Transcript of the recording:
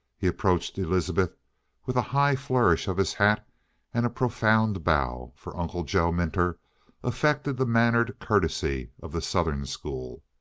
he approached elizabeth with a high flourish of his hat and a profound bow, for uncle joe minter affected the mannered courtesy of the southern school.